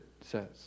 says